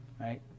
right